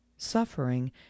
suffering